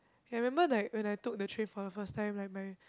I remember like when I took the train for the first time like my